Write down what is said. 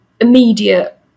immediate